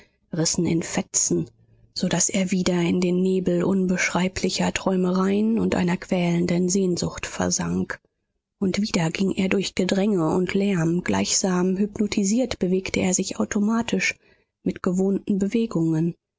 rissen in fetzen so daß er wieder in den nebel unbeschreiblicher träumereien und einer quälenden sehnsucht versank und wieder ging er durch gedränge und lärm gleichsam hypnotisiert bewegte er sich automatisch mit gewohnten bewegungen